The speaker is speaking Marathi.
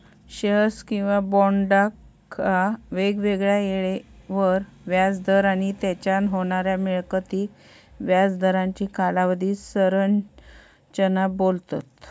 शेअर्स किंवा बॉन्डका वेगवेगळ्या येळेवर व्याज दर आणि तेच्यान होणाऱ्या मिळकतीक व्याज दरांची कालावधी संरचना बोलतत